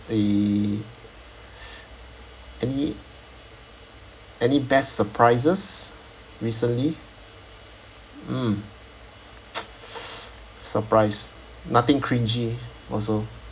eh any any best surprises recently mm surprise nothing cringe-y also